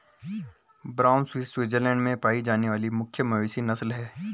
brown Swiss Switzerland में पाई जाने वाली मुख्य मवेशी नस्ल है